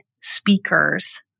speakers